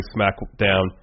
SmackDown